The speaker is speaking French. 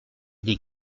des